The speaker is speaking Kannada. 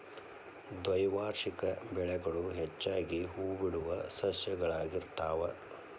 ದ್ವೈವಾರ್ಷಿಕ ಬೆಳೆಗಳು ಹೆಚ್ಚಾಗಿ ಹೂಬಿಡುವ ಸಸ್ಯಗಳಾಗಿರ್ತಾವ